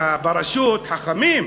ברשות, חכמים.